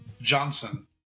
Johnson